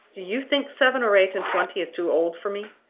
do you think seven or eight and twenty is too old for me?